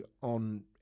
on